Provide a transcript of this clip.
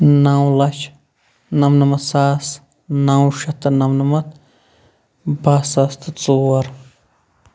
نَو لَچھ نَمنَمتھ ساس نَو شیٚتھ تہِ نَمنَمتھ باہہ ساس تہِ ژوٗر